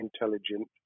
intelligent